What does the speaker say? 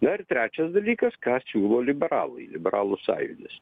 dar trečias dalykas ką siūlo liberalai liberalų sąjūdis